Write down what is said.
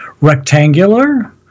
rectangular